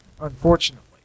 unfortunately